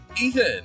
Ethan